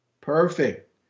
Perfect